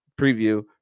preview